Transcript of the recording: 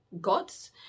gods